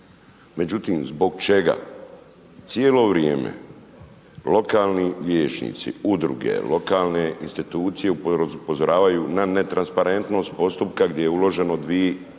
Međutim, zbog čega cijelo vrijeme lokalni vijećnici, udruge, lokalne institucije upozoravaju na netransparentnost postupka, gdje je uloženo 2